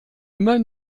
immer